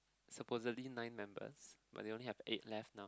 supposedly nine members but they only have eight left now